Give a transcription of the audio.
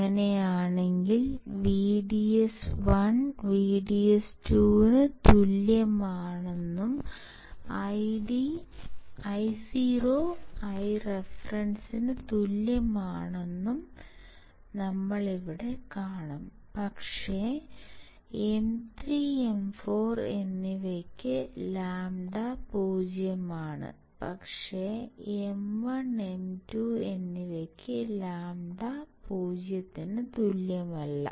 അങ്ങനെയാണെങ്കിൽ VDS1 VDS2 ന് തുല്യമാണെന്നും Io Ireferenceസിന് തുല്യമാണെന്നും നമ്മൾ ഇവിടെ കാണും പക്ഷേ M3 M4 എന്നിവയ്ക്ക് λ 0 ആണ് പക്ഷേ M1 M2 എന്നിവയ്ക്ക് λ 0 ന് തുല്യമല്ല